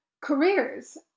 careers